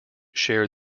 share